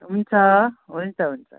हुन्छ हुन्छ हुन्छ